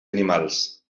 animals